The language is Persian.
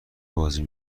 بازی